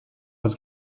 was